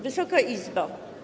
Wysoka Izbo!